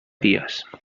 dies